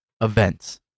events